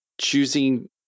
choosing